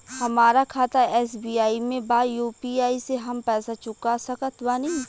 हमारा खाता एस.बी.आई में बा यू.पी.आई से हम पैसा चुका सकत बानी?